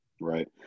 Right